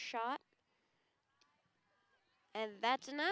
shot and that's no